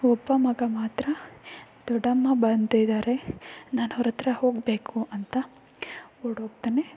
ಒಬ್ಬ ಮಗ ಮಾತ್ರ ದೊಡ್ಡಮ್ಮ ಬಂದಿದ್ದಾರೆ ನಾನು ಅವ್ರ ಹತ್ರ ಹೋಗಬೇಕು ಅಂತ ಓಡೋಗ್ತಾನೆ